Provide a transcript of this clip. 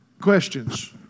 Questions